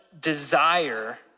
desire